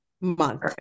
month